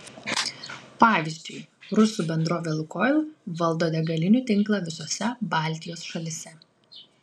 pavyzdžiui rusų bendrovė lukoil valdo degalinių tinklą visose baltijos šalyse